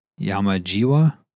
Yamajiwa